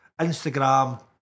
Instagram